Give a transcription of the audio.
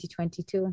2022